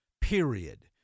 period